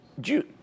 June